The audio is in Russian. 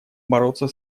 бороться